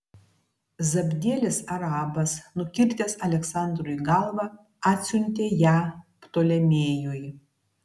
zabdielis arabas nukirtęs aleksandrui galvą atsiuntė ją ptolemėjui